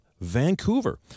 Vancouver